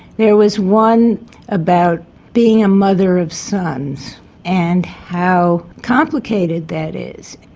there was one about being a mother of sons and how complicated that is.